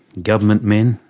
government men,